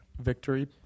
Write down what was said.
victory